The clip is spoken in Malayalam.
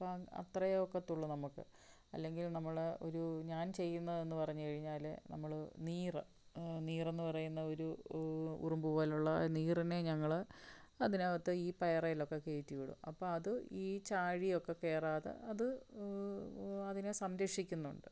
അപ്പോള് അത്രയേ ഒക്കത്തുള്ളൂ നമുക്ക് അല്ലെങ്കിൽ നമ്മള് ഒരു ഞാൻ ചെയ്യുന്നതെന്നു പറഞ്ഞു കഴിഞ്ഞാല് നമ്മള് നീറ് നീറെന്നു പറയുന്ന ഒരു ഉറുമ്പ് പോലുള്ള ആ നീറിനെ ഞങ്ങള് അതിനകത്ത് ഈ പയറേലൊക്കെ കയറ്റി വിടും അപ്പോ അത് ഈ ചാഴിയൊക്കെ കയറാതെ അത് അതിനെ സംരക്ഷിക്കുന്നുണ്ട്